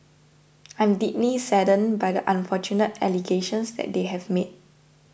I am deeply saddened by the unfortunate allegations that they have made